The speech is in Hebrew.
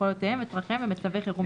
יכולותיהם וצרכיהם במצבי חירום